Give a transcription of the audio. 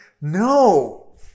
No